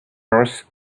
horse